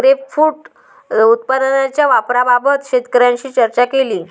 grapefruit उत्पादनाच्या वापराबाबत शेतकऱ्यांशी चर्चा केली